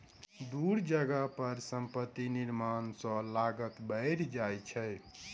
दूर जगह पर संपत्ति निर्माण सॅ लागत बैढ़ जाइ छै